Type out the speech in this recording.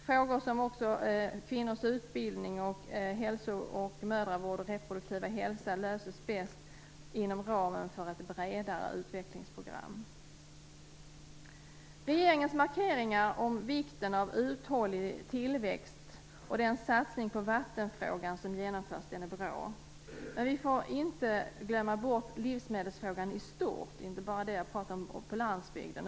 Frågor om kvinnors utbildning, hälso och mödravård och reproduktiva hälsa löses bäst inom ramen för ett bredare utvecklingsprogram. Regeringens markeringar om vikten av uthållig tillväxt och den satsning på vattenfrågan som genomförs är bra. Vi får dock inte glömma bort livsmedelsfrågan i stort, dvs. inte bara när det gäller landsbygden.